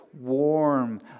warm